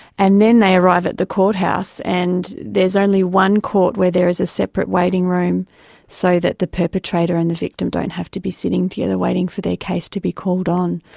and then they arrive at the courthouse and there's only one court where there is a separate waiting room so that the perpetrator and the victim don't have to be sitting together waiting for their case to be called on.